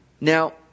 Now